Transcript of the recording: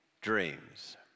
dreams